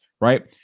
right